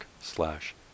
slash